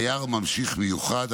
(דייר ממשיך מיוחד),